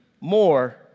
more